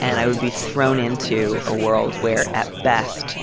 and i would be thrown into a world where, at best.